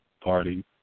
party